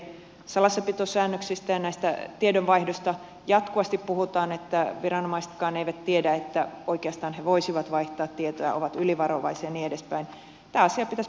salassapitosäännöksistä ja näistä tiedonvaihdoista jatkuvasti puhutaan että viranomaisetkaan eivät tiedä että oikeastaan he voisivat vaihtaa tietoa ovat ylivarovaisia ja niin edespäin